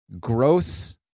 gross